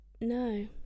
no